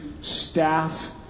staff